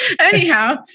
Anyhow